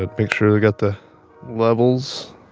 ah make sure we got the levels.